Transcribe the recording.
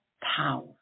power